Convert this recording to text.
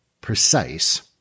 precise